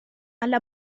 alla